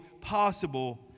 possible